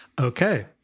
Okay